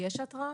יש התראה?